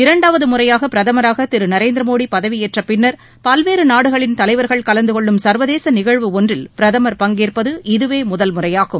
இரண்டாவது முறையாக பிரதமராக திரு நரேந்திர மோடி பதவியேற்ற பின்னர் பல்வேறு நாடுகளின் தலைவர்கள் கலந்து கொள்ளும் கர்வதேச நிகழ்வு ஒன்றில் பிரதமர் பங்கேற்பது இதுவே முதல்முறையாகும்